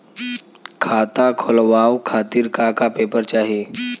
खाता खोलवाव खातिर का का पेपर चाही?